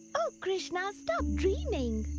oh, krishna! stop dreaming!